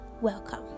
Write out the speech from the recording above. Welcome